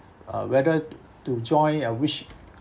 uh whether to join uh wish~